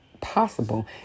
possible